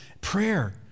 Prayer